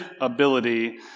ability